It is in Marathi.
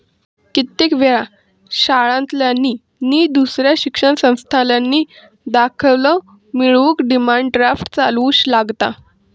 कित्येक वेळा शाळांतल्यानी नि दुसऱ्या शिक्षण संस्थांतल्यानी दाखलो मिळवूक डिमांड ड्राफ्ट लावुचो लागता